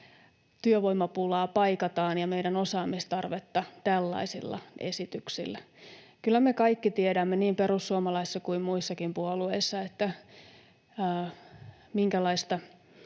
työvoimapulaa ja meidän osaamistarvetta paikataan tällaisilla esityksillä. Kyllä me kaikki tiedämme niin perussuomalaisissa kuin muissakin puolueissa, minkälaista